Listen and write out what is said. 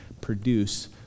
produce